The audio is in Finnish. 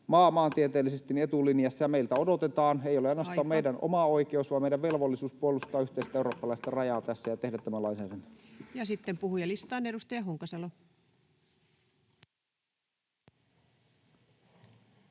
sitä, [Puhemies: Aika!] mikä ei ole ainoastaan meidän oma oikeus vaan meidän velvollisuus, eli puolustaa yhteistä eurooppalaista rajaa ja tehdä tämä lainsäädäntö. Sitten puhujalistaan. Edustaja Honkasalo.